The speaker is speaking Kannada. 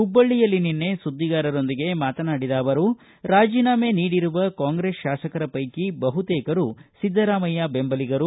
ಹುಬ್ಲಳ್ಳಯಲ್ಲಿ ನಿನ್ನೆ ಸುದ್ದಿಗಾರರೊಂದಿಗೆ ಮಾತನಾಡಿದ ಅವರು ರಾಜೀನಾಮೆ ನೀಡಿರುವ ಕಾಂಗ್ರೆಸ್ ಶಾಸಕರ ಪೈಕಿ ಬಹುತೇಕರು ಸಿದ್ದರಾಮಯ್ಯ ಬೆಂಬಲಿಗರು